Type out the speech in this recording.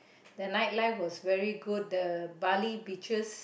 the night life was very good the Bali beaches